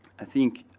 i think